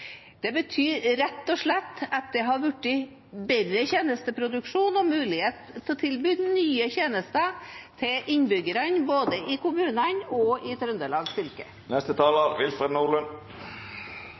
Det ville rett og slett betydd at det hadde blitt bedre tjenesteproduksjon og muligheter til å tilby nye tjenester til innbyggerne, både i kommunene og i Trøndelag fylke. Det er magre rammer regjeringen tilbyr distriktene neste